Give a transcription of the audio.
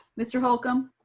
mr. holcomb,